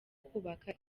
kubaka